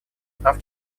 прав